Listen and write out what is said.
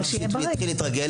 ובפעם שלישית הוא יתחיל להתרגל.